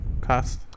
cost